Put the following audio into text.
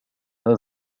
هذا